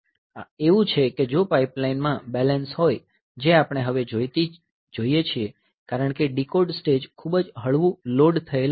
આ એવું છે કે જો પાઇપલાઇન માં બેલેન્સ હોય જે આપણે હવે જોઈએ છીએ કારણ કે ડીકોડ સ્ટેજ ખૂબ જ હળવું લોડ થયેલ હતું